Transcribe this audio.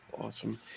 Awesome